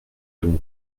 avons